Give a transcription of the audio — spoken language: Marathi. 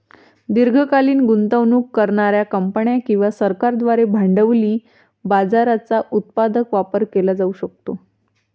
दीर्घकालीन गुंतवणूक करणार्या कंपन्या किंवा सरकारांद्वारे भांडवली बाजाराचा उत्पादक वापर केला जाऊ शकतो